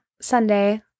Sunday